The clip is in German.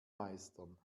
meistern